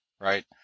right